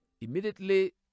immediately